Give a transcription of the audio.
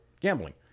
gambling